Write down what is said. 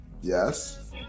Yes